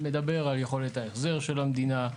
הוא מדבר על יכולת ההחזר של המדינה,